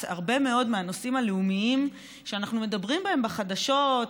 הרבה מאוד מהנושאים הלאומיים שאנחנו מדברים בהם בחדשות,